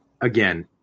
again